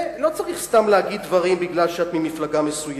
ולא צריך סתם להגיד דברים משום שאת ממפלגה מסוימת.